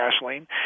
gasoline